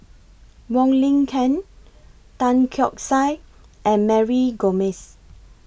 Wong Lin Ken Tan Keong Saik and Mary Gomes